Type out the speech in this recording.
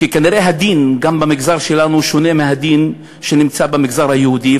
כי כנראה גם הדין במגזר שלנו שונה מהדין במגזר היהודי.